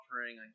offering